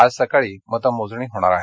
आज सकाळी मतमोजणी होणार आहे